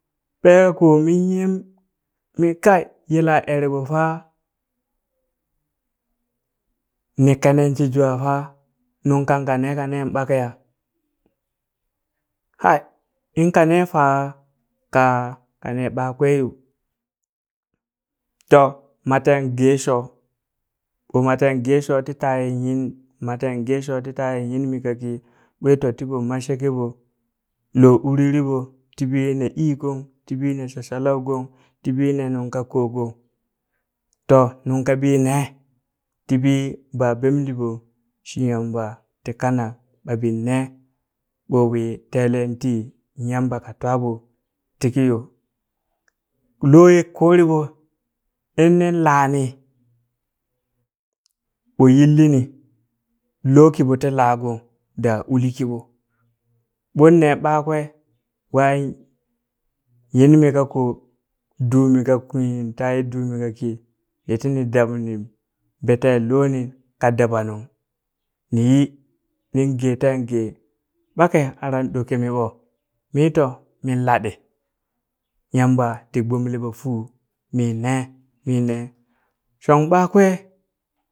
Ɓekakoo min yem mii kai yelaa ere ɓo faa ni kenen shi jwaa fa nung kan kanee kane ɓakeya hai in kanee fa kaa kanee ɓakwee yo to Mateen geeshoo ɓo Mateen geshoo ti taaye nyin mateen gesho ti taye nyinmi kakii ɓwe to tiɓo mat shekeɓo lo uririɓo tiɓo ne ii gong tiɓo ne shahalau gong tiɓii ne nungkakoo gong, to nungkaɓii nee tiɓi baa bemli ɓo shi Yamba ti kanak ɓaɓii nee ɓo wii teleen tii Yamba ka twaaɓo tiki yo. Loo ye kuuriɓo in nin laanii ɓo yillini loo kiɓo ti laagong daa uli kiɓo mon nee ɓakwee waa nyinmi kakoo dumii kakwi taa ye duumi kakii miti ni dab nio be teen looni ka dabanung ni yi ningee teen gee ɓekeya aran ɗo kimiɓo mii to min laɗi, Yamba ti gbole ɓo fuu mi nee mi nee, shon ɓakwee,